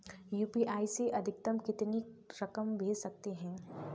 UPI से अधिकतम कितनी रकम भेज सकते हैं?